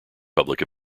public